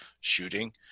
shooting